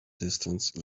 distance